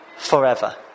forever